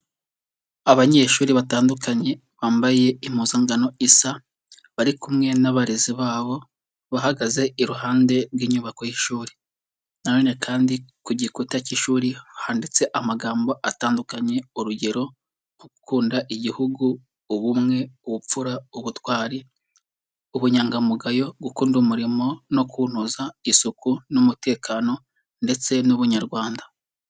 Abanyeshuri batandukanye bambaye impuzankano isa, bari kumwe n'abarezi babo, bahagaze iruhande rw'inyubako y'ishuri, nanone kandi ku gikuta cy'ishuri handitse amagambo atandukanye, urugero nko gukunda igihugu, ubumwe, ubupfura, ubutwari, ubunyangamugayo, gukunda umurimo no kuwunoza, isuku n'umutekano, ndetse n'ubunyarwanda.